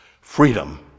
freedom